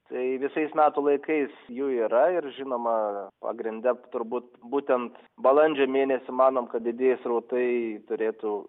tai visais metų laikais jų yra ir žinoma pagrinde turbūt būtent balandžio mėnesį manom kad didieji srautai turėtų